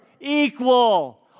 equal